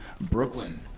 Brooklyn